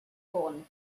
gone